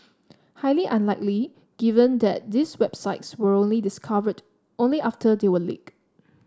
highly unlikely given that these websites were only discovered only after they were leaked